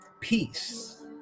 peace